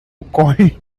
koi